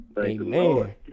Amen